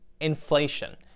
inflation